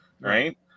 right